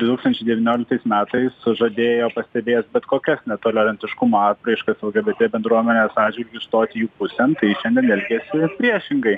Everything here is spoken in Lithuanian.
du tūkstančiai devynioliktais metais žadėjo pastebės bet kokias netolerantiškumo apraiškas lgbt bendruomenės atžvilgiu ir stoti jų pusėn tai šiandien elgiasi priešingai